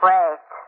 Wait